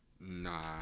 Nah